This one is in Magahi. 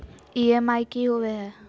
ई.एम.आई की होवे है?